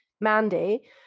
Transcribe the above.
Mandy